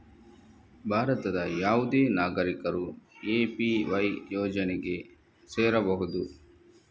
ಭಾರತದ ಯಾವುದೇ ನಾಗರಿಕರು ಎ.ಪಿ.ವೈ ಯೋಜನೆಗೆ ಸೇರಬಹುದು